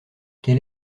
quel